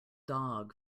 dog